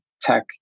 tech